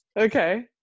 Okay